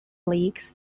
leagues